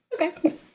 Okay